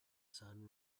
sun